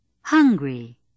Hungry